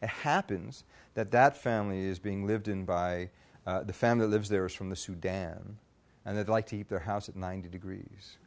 that happens that that family is being lived in by the family lives there is from the sudan and they'd like to keep their house at ninety degrees